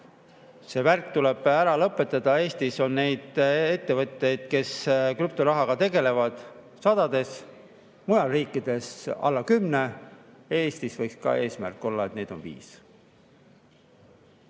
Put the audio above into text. see värk tuleb ära lõpetada. Eestis on neid ettevõtteid, kes krüptorahaga tegelevad, sadades, mujal riikides alla kümne. Eestis võiks eesmärk olla, et neid on viis.